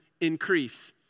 increase